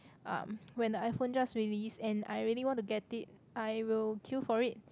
um when the iPhone just release and I really want to get it I will queue for it